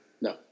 No